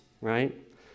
right